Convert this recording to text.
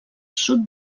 sud